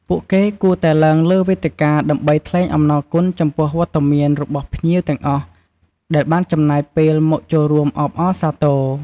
ពួកគេគួរតែឡើងលើវេទិកាដើម្បីថ្លែងអំណរគុណចំពោះវត្តមានរបស់ភ្ញៀវទាំងអស់ដែលបានចំណាយពេលមកចូលរួមអបអរសាទរ។